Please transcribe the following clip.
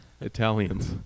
Italians